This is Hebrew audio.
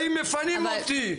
באים מפנים אותי,